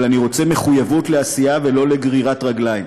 אבל אני רוצה מחויבות לעשייה ולא גרירת רגליים,